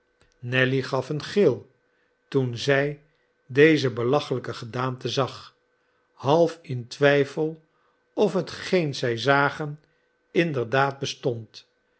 nelly gaf een gil toen zij deze belachelijke gedaante zag half in twijfel of hetgeen zij zagen inderdaad bestond